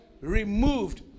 Removed